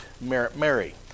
Mary